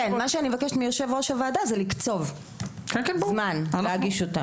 מה אני מבקשת מיושב ראש הוועדה זה לקצוב זמן להגיש אותה.